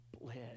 bled